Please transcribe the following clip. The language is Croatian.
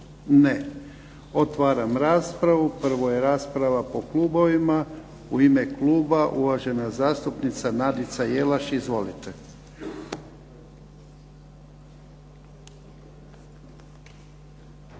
Ne. Otvaram raspravu. Prvo je rasprava po klubovima. U ime kluba uvažena zastupnica Nadica Jelaš. Izvolite. **Jelaš,